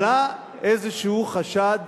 עלה איזה חשד